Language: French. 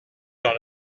dans